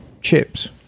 chips